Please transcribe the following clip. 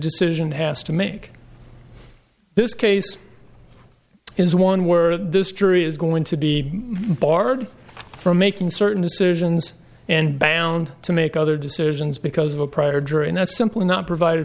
decision has to make this case is one word this jury is going to be barred from making certain decisions and bound to make other decisions because of a prior jury and that's simply not provided